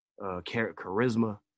charisma